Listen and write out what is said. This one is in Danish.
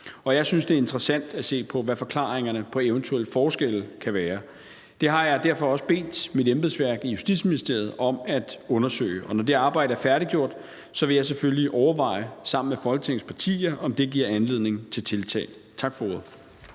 jeg synes, det er interessant at se på, hvad forklaringerne på eventuelle forskelle kan være. Det har jeg derfor også bedt mit embedsværk i Justitsministeriet om at undersøge, og når det arbejde er færdiggjort, vil jeg selvfølgelig sammen med Folketingets partier overveje, om det giver anledning til tiltag. Tak for ordet.